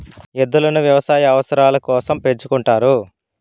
ఎద్దులను వ్యవసాయ అవసరాల కోసం పెంచుకుంటారు